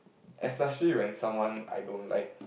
especially when someone I don't like